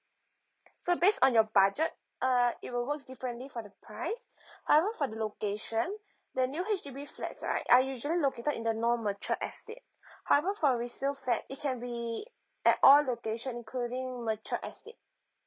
so based on your budget uh it will works differently for the price however for the location the new H_D_B flats right are usually located in the non mature estate however for resale flat it can be at all location including mature estate